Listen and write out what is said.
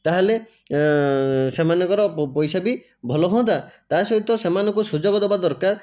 ତାହେଲେ ସେମାନଙ୍କର ପଇସା ବି ଭଲ ହୁଅନ୍ତା ତା ସହିତ ସେମାନଙ୍କୁ ସୁଯୋଗ ଦେବା ଦରକାର